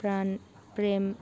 PRAN Prem